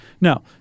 Now